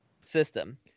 system